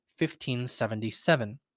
1577